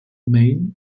maine